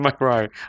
Right